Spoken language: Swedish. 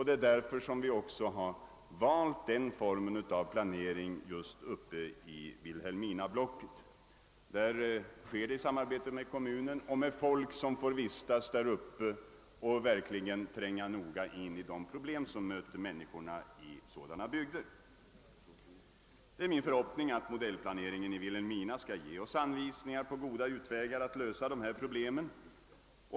Det är därför som vi också har valt denna form av planering just uppe i Vilhelminablocket. Där utförs det i samarbete med kommunen och med folk som får vistas där uppe och verkligen kan tränga noga in i de problem som möter människorna i sådana bygder. Det är min förhoppning att modellplaneringen i Vilhelmina skall ge oss anvisningar på goda utvägar att lösa dessa problem.